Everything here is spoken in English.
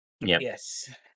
Yes